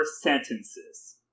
sentences